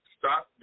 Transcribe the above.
stop